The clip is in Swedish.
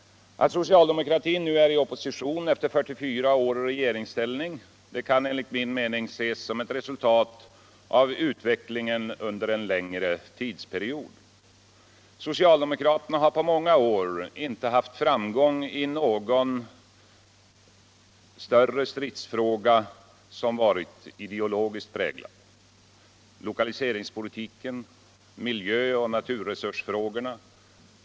Att socialdemokratin nu är i opposition efter 44 år i regeringsställning kan enligt min mening ses som eu resultat av utvecklingen under en Allmänpolitisk debatt Allmänpolitisk debatt längre period. Socialdemokraterna har på många år inte haft framgång i någon större stridsfråga som varit ideologiskt priglad. Lokaliseringspolitiken, miljöoch naturresursfrågorna.